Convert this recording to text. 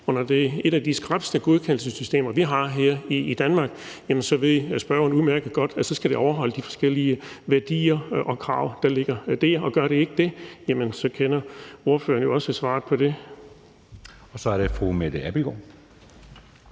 er et af de skrappeste godkendelsessystemer, vi har her i Danmark, så ved spørgeren udmærket godt, at så skal det overholde de forskellige værdier og krav, der ligger der, og gør det ikke det, jamen så kender ordføreren jo også svaret på det. Kl. 13:14 Anden næstformand